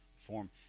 form